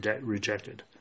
rejected